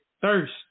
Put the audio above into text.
thirst